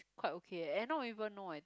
quite okay eh and not even know and